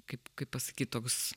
kaip kaip pasakyt toks